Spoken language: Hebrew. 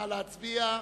נא להצביע.